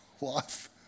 life